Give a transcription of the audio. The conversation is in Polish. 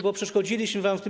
Bo przeszkodziliśmy wam w tym.